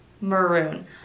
maroon